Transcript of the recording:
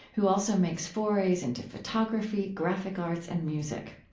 who also makes forays into photography, graphic arts, and music.